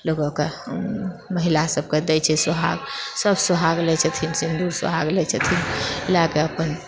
लोककेँ महिला सभकेँ देइछै सोहाग सभ सोहाग लेइत छथिन सिन्दूर सोहाग लेइत छथिन लएके अपन